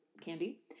candy